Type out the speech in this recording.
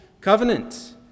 covenant